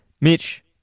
Mitch